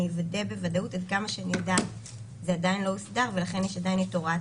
אני אוודא ועד כמה שאני יודעת זה עדיין לא הוסדר ולכן יש את הוראת